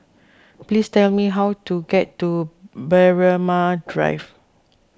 please tell me how to get to Braemar Drive